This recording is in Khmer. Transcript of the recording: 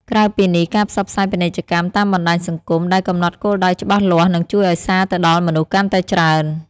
ក្រៅពីនេះ ការផ្សព្វផ្សាយពាណិជ្ជកម្មតាមបណ្តាញសង្គមដែលកំណត់គោលដៅច្បាស់លាស់នឹងជួយឲ្យសារទៅដល់មនុស្សកាន់តែច្រើន។